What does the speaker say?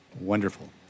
Wonderful